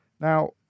Now